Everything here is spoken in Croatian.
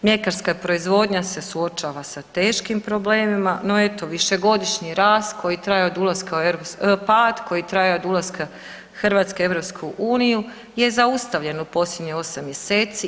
Mljekarska proizvodnja se suočava sa teškim problemima, no eto višegodišnji rast koji traje od ulaska, pad koji traje od ulaska Hrvatske u EU je zaustavljen u posljednjih 8 mjeseci.